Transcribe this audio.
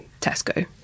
Tesco